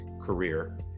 career